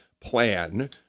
plan